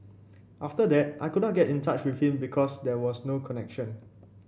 after that I could not get in touch with him because there was no connection